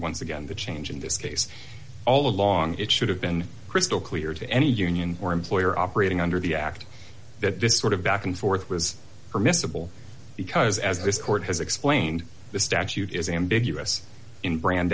once again the change in this case all along it should have been crystal clear to any union or employer operating under the act that this sort of back and forth was permissible because as this court has explained the statute is ambiguous in brand